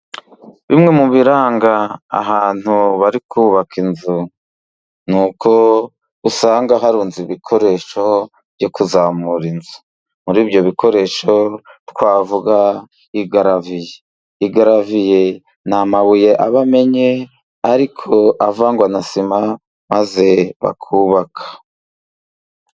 Bimwe mu biranga ahantu bari kubaka inzu, nuko usanga harunze ibikoresho byo kuzamura inzu, muri ibyo bikoresho twavuga igaraviye. Igaraviye ni amabuye aba amennye ariko avangwa na sima, maze bakubaka.